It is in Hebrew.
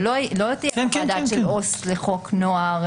לא תהיה חוות דעת של עובד סוציאלי לחוק נוער.